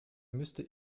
müsste